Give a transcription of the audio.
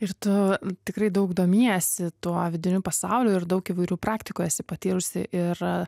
ir tu tikrai daug domiesi tuo vidiniu pasauliu ir daug įvairių praktikų esi patyrusi ir